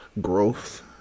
growth